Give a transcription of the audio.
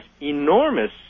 enormous